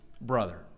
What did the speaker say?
brother